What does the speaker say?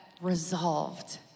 resolved